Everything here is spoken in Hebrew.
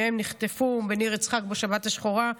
שניהם נחטפו מניר יצחק בשבת השחורה.